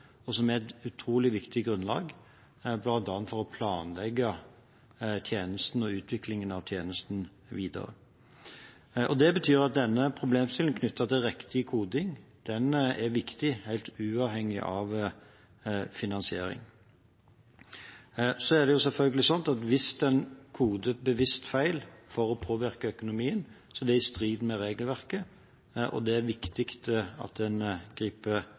og er et utrolig viktig grunnlag bl.a. for å planlegge tjenesten og utviklingen av tjenesten videre. Det betyr at denne problemstillingen knyttet til riktig koding er viktig helt uavhengig av finansiering. Så hvis en koder bevisst feil for å påvirke økonomien, er det i strid med regelverket, og det er det viktig at en griper